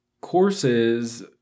courses